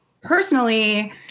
personally